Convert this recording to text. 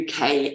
UK